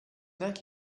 neck